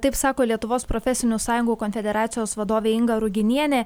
taip sako lietuvos profesinių sąjungų konfederacijos vadovė inga ruginienė